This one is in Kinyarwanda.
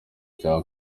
cya